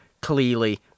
clearly